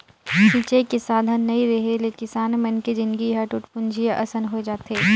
सिंचई के साधन नइ रेहे ले किसान मन के जिनगी ह टूटपुंजिहा असन होए जाथे